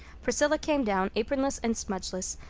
priscilla came down, apronless and smudgeless,